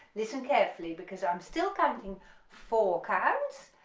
listen carefully because i'm still counting four counts,